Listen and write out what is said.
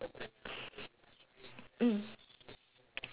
mm